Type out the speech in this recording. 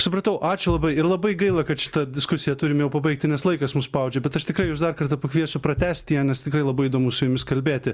supratau ačiū labai ir labai gaila kad šitą diskusiją turim jau pabaigti nes laikas mus spaudžia bet aš tikrai jus dar kartą pakviesiu pratęsti ją nes tikrai labai įdomu su jumis kalbėti